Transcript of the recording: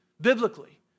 biblically